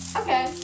okay